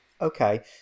Okay